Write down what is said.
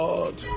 Lord